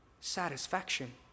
satisfaction